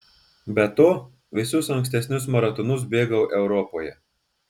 be to visus ankstesnius maratonus bėgau europoje